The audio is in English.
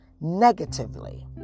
negatively